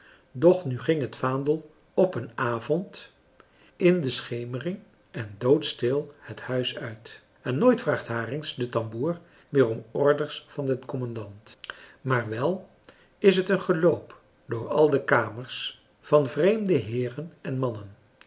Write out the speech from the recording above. doch nu ging het vaandel op een avond in de schemering en doodstil het huis uit en nooit vraagt harings de tamboer meer om orders van den commandant maar wel is het een geloop door al de kamers van vreemde heeren en mannen